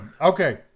Okay